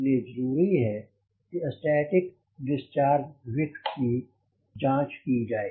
इसलिए जरूरी है कि स्टैटिक डिस्चार्ज विक्स की निगरानी की जाए